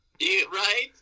Right